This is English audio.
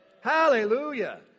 Hallelujah